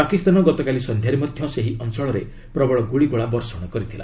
ପାକିସ୍ତାନ ଗତକାଲି ସନ୍ଧ୍ୟାରେ ମଧ୍ୟ ସେହି ଅଞ୍ଚଳରେ ପ୍ରବଳ ଗୁଳିଗୋଳା ବର୍ଷଣ କରିଥିଲା